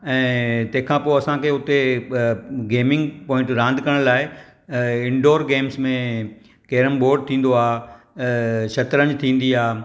ऐं तंहिंखां पोइ असांखे हुते गेमिंग पोंइट रांदि करण लाइ इनडोर गेम्स में कैरम बोर्ड थींदो आहे ऐं शतरंज थींदी आहे